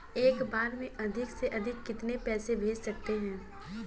एक बार में अधिक से अधिक कितने पैसे भेज सकते हैं?